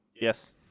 Yes